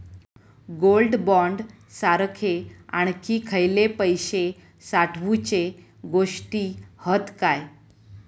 Gold bond सारखे आणखी खयले पैशे साठवूचे गोष्टी हत काय?